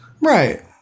Right